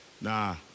Nah